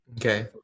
Okay